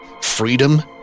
freedom